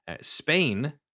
Spain